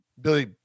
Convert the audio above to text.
Billy